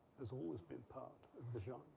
there's always been part of the genre.